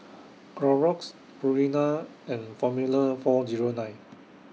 Clorox Purina and Formula four Zero nine